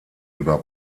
über